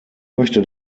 möchte